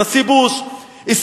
הנשיא בוש הסכים,